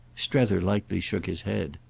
strether lightly shook his head.